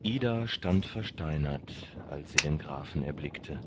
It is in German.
ida stand versteinert als sie den grafen erblickte